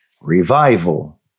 revival